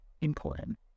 important